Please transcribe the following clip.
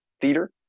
theater